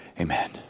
Amen